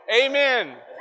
Amen